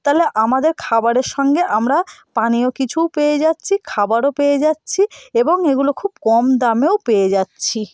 তাহলে আমাদের খাবারের সঙ্গে আমরা পানীয় কিছুও পেয়ে যাচ্ছি খাবারও পেয়ে যাচ্ছি এবং এগুলো খুব কম দামেও পেয়ে যাচ্ছি